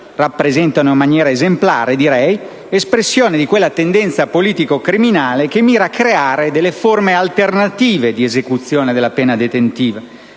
rappresentano in maniera esemplare - espressione di quella tendenza politico-criminale che mira a creare delle forme alternative di esecuzione della pena detentiva,